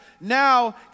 now